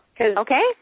Okay